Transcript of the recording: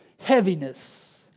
Heaviness